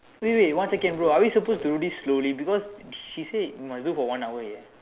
wait wait one second bro are we supposed to do this slowly because she say we must do for one hour leh